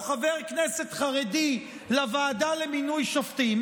חבר כנסת חרדי לוועדה למינוי שופטים,